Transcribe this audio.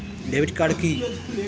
Debit card কি?